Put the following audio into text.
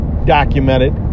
documented